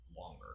longer